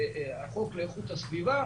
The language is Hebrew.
כלומר, החוק לאיכות הסביבה,